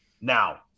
Now